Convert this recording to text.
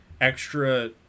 extra